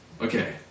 Okay